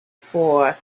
for